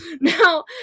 Now